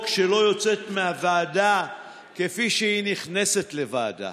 לא יוצאת מהוועדה כפי שהיא נכנסת לוועדה.